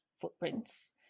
footprints